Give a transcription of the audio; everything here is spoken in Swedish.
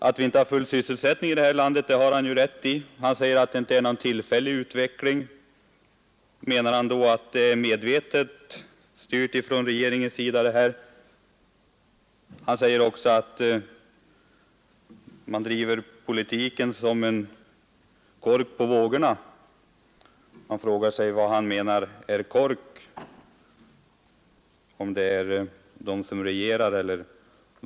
Att vi inte har full sysselsättning i det här landet har han naturligtvis rätt i, men när han säger att detta inte är någonting tillfälligt, menar han då att denna utveckling är medvetet styrd av regeringen? Han säger också att man driver politiken som en ”kork på vågorna”. Man frågar sig då, om han åsyftar dem som regerar eller vem han menar att ”kork” är.